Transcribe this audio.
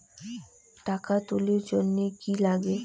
টাকা তুলির জন্যে কি লাগে?